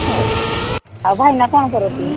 ହଉ ଆଉ ଭାଇନା କ'ଣ କରନ୍ତି